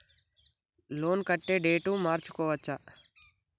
Loan కట్టే date మార్చుకోవచ్చా?